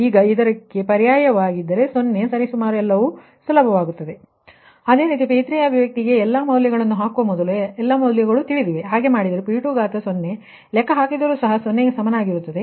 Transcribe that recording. ಈ ರೀತಿ 0 ನ್ನು ಸಬ್ಸ್ ಟ್ಯೂಟ್ ಮಾಡಿದಾಗ ಅದು 0ಗೆ ಸಮನಾಗಿರುವುದು ಅದೇ ರೀತಿ P3 ಅಭಿವ್ಯಕ್ತಿಗೆ ಎಲ್ಲಾ ಮೌಲ್ಯಗಳನ್ನು ಹಾಕುವ ಮೊದಲು ಎಲ್ಲಾ ಮೌಲ್ಯಗಳು ತಿಳಿದಿದೆ ಹಾಗೆ ಮಾಡಿದರೆ P3 ಲೆಕ್ಕಹಾಕಿದರೂ ಸಹ 0 ಗೆ ಸಮನಾಗಿರುತ್ತದೆ